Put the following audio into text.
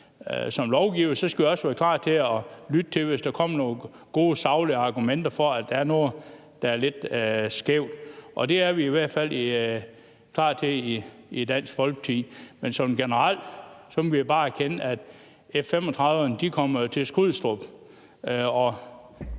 som lovgivere skal vi også være klar til at lytte, hvis der kommer nogle gode, saglige argumenter for, at der er noget, der er lidt skævt, og det er vi i hvert fald klar til i Dansk Folkeparti. Men sådan generelt må vi bare erkende, at F-35'erne jo kommer til Skrydstrup,